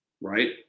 right